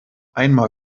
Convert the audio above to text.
einmal